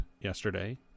yesterday